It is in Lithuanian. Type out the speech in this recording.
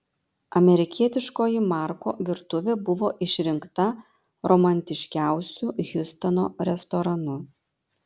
amerikietiškoji marko virtuvė buvo išrinkta romantiškiausiu hjustono restoranu